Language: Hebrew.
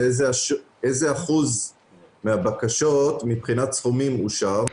זה איזה אחוז מהבקשות מבחינת סכומים אושר.